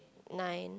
nine